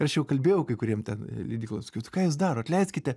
ir aš jau kalbėjau kai kuriem ten leidykloj sakiau tai ką jūs darot leiskite